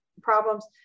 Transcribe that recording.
problems